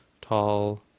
tall